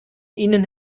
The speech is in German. ihnen